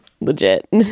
Legit